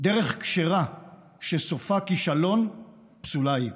דרך כשרה שסופה כישלון פסולה היא.